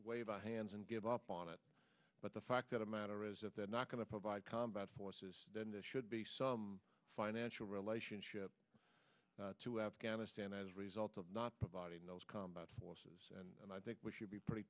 wave our hands and give up on it but the fact that the matter is if they're not going to provide combat forces then this should be a financial relationship to afghanistan as a result of not providing those combat forces and i think we should be pretty